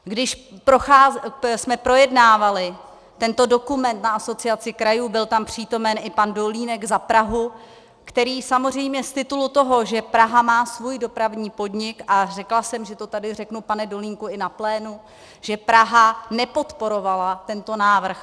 Když jsme projednávali tento dokument na Asociaci krajů, byl tam přítomen i pan Dolínek za Prahu, který samozřejmě z titulu toho, že Praha má svůj dopravní podnik a řekla jsem, že to tady řeknu, pane Dolínku, i na plénu že Praha nepodporovala tento návrh.